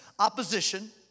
opposition